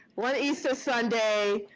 one easter sunday,